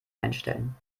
einstellen